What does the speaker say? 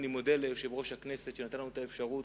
אני מודה ליושב-ראש הכנסת על שנתן לנו את האפשרות